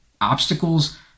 obstacles